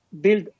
build